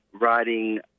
writing